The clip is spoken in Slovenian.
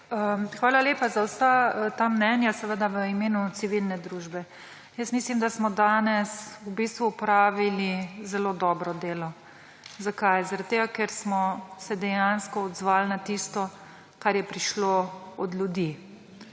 Hvala lepa za vsa ta mnenja, seveda v imenu civilne družbe. Jaz mislim, da smo v bistvu opravili zelo dobro delo. Zakaj? Ker smo se dejansko odzvali na tisto, kar je prišlo od ljudi.